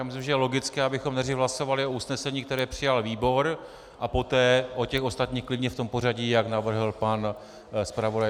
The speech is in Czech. Myslím, že je logické, abychom nejdřív hlasovali o usnesení, které přijal výbor, a poté o těch ostatních, klidně v tom pořadí, jak navrhl pan zpravodaj.